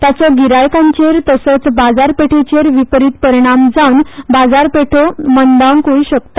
ताचो गिरायकांचेर तसोचच बाजारपेठेचेर विपरीत परीणाम जावन बाजारपेठो मंदावंक्य शकतात